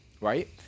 Right